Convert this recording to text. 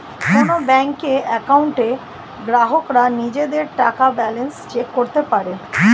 কোন ব্যাংকের অ্যাকাউন্টে গ্রাহকরা নিজেদের টাকার ব্যালান্স চেক করতে পারে